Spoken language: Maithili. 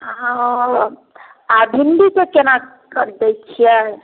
आ भिण्डीके केना कऽ दै छियै